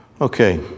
Okay